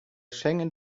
schengen